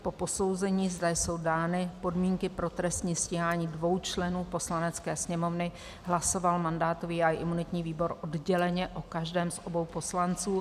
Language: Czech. Po posouzení, zda jsou dány podmínky pro trestní stíhání dvou členů Poslanecké sněmovny, hlasoval mandátový a imunitní výbor odděleně o každém z obou poslanců.